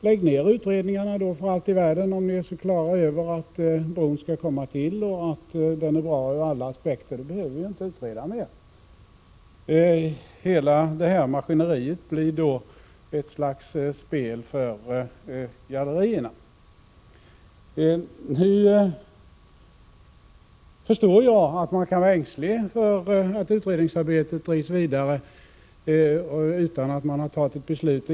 Lägg ner utredningarna, för allt i världen, om ni är så klara över att bron skall komma till och att den är bra ur alla aspekter! Då behöver vi ju inte utreda mer. Hela maskineriet blir då ett slags spel för gallerierna. Jag förstår att man kan vara ängslig för att utredningsarbetet drivs vidare utan att man först har fattat ett beslut.